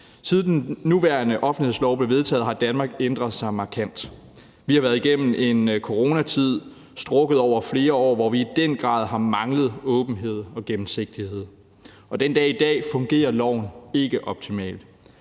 Siden den nuværende offentlighedslov blev vedtaget, har Danmark ændret sig markant. Vi har været igennem en coronatid, der har strakt sig over flere år, hvor vi i den grad har manglet åbenhed og gennemsigtighed, og den dag i dag fungerer loven ikke optimalt.